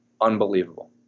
unbelievable